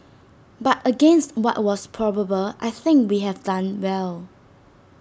but against what was probable I think we have done well